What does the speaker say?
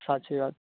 સાચી વાત